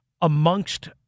amongst